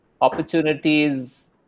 opportunities